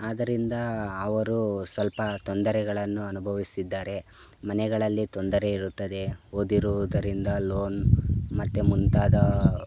ಆದ್ದರಿಂದ ಅವರು ಸ್ವಲ್ಪ ತೊಂದರೆಗಳನ್ನು ಅನುಭವಿಸ್ತಿದ್ದಾರೆ ಮನೆಗಳಲ್ಲಿ ತೊಂದರೆ ಇರುತ್ತದೆ ಓದಿರುವುದರಿಂದ ಲೋನ್ ಮತ್ತು ಮುಂತಾದ